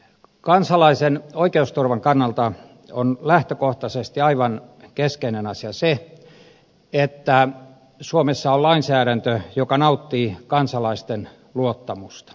kansalaisen oikeusturvan kannalta on lähtökohtaisesti aivan keskeinen asia se että suomessa on lainsäädäntö joka nauttii kansalaisten luottamusta